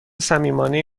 صمیمانه